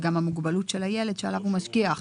זה גם המוגבלות של הילד שעליו הוא משגיח.